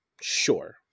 Sure